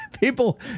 People